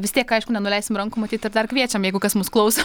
vis tiek aišku nenuleisim rankų matyt ir dar kviečiam jeigu kas mus klauso